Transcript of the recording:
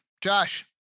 Josh